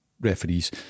referees